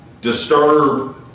disturb